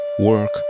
work